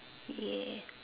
yeah